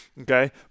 Okay